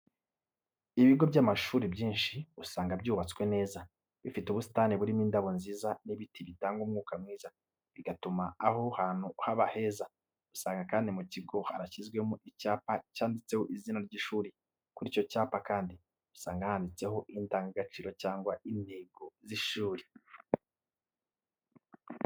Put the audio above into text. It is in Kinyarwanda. Ibigo by’amashuri byinshi, usanga byubatswe neza, bifite ubusitani burimo indabo nziza n'ibiti bitanga umwuka mwiza, bigatuma aho hantu haba heza. Usanga kandi mu kigo harashyizwemo icyapa cyanditseho izina ry'ishuri. Kuri icyo cyapa kandi usanga handitseho indangagaciro cyangwa intego z'ishuri,